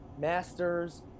Masters